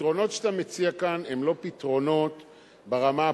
הפתרונות שאתה מציע כאן הם לא פתרונות ברמה הפרקטית.